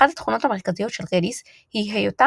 אחת התכונות המרכזיות של Redis היא היותה